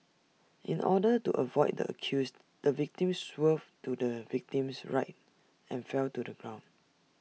in order to avoid the accused the victim swerved to the victim's right and fell to the ground